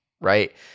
right